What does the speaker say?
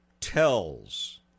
tells